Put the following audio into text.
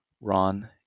Ron